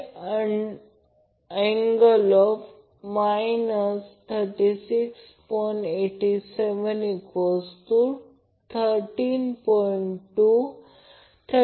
तर Vab 2 Van आहे ही प्रत्यक्षात Vp आहे कारण ही मग्निट्यूड Van आहे म्हणून ही Van Vp आहे